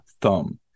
thumb